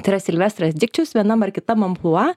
tai yra silvestras dikčius vienam ar kitam amplua